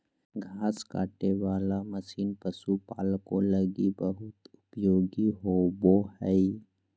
घास काटे वाला मशीन पशुपालको लगी बहुत उपयोगी होबो हइ